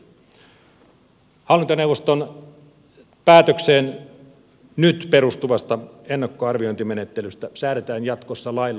hallintoneuvoston päätökseen nyt perustuvasta ennakkoarviointimenettelystä säädetään jatkossa lailla